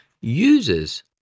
uses